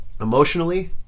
Emotionally